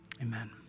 amen